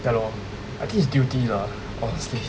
ya lor I think is duty lah honestly